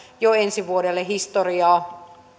jo ensi vuodelle historiaa